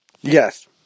Yes